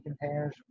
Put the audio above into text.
containers